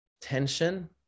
tension